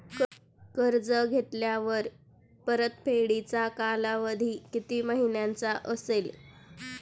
कर्ज घेतल्यावर परतफेडीचा कालावधी किती महिन्यांचा असेल?